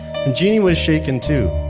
genie was shaken too.